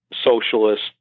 socialist